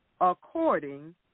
According